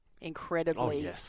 Incredibly